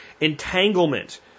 entanglement